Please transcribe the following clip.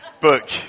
book